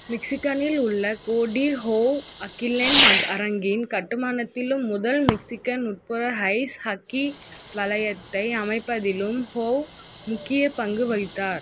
மிச்சிகனில் உள்ள Gordie Howe Hockeyland அரங்கின் கட்டுமானத்திலும் முதல் மிச்சிகன் உட்புற ஐஸ் ஹக்கி வளையத்தை அமைப்பதிலும் ஹோவ் முக்கியப் பங்கு வகித்தார்